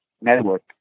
network